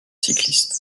cycliste